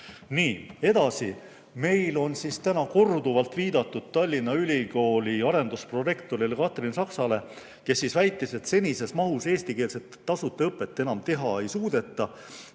Nii, edasi. Meil on täna korduvalt viidatud Tallinna Ülikooli arendusprorektorile Katrin Saksale, kes väitis, et senises mahus eestikeelset tasuta õpet enam teha ei suudeta